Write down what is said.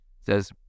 says